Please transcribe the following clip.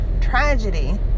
tragedy